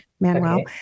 Manuel